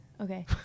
Okay